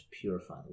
purify